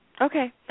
Okay